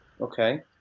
okay